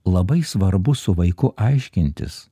labai svarbu su vaiku aiškintis